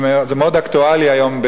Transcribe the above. וזה מאוד אקטואלי היום,